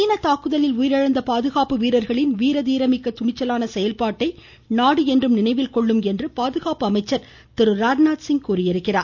சீன தாக்குதலில் உயிரிழந்த பாதுகாப்பு வீரர்களின் வீரதீரமிக்க துணிச்சலான செயல்பாட்டை நாடு என்றும் நினைவில் கொள்ளும் என்று பாதுகாப்பு அமைச்சர் திருராஜ்நாத்சிங் தெரிவித்துள்ளார்